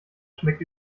schmeckt